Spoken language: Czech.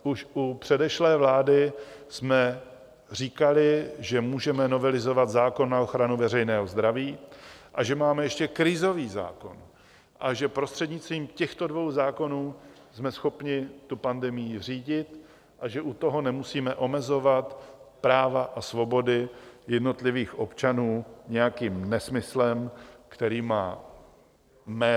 Už u předešlé vlády jsme říkali, že můžeme novelizovat zákon na ochranu veřejného zdraví a že máme ještě krizový zákon a že prostřednictvím těchto dvou zákonů jsme schopni tu pandemii řídit a že u toho nemusíme omezovat práva a svobody jednotlivých občanů nějakým nesmyslem, který má jméno pandemický zákon.